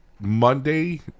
Monday